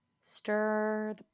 stir